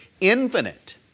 infinite